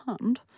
hand